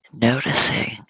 Noticing